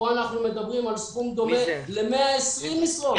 כאן אנחנו מדברים על סכום דומה ל-120 משרות,